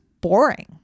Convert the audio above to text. boring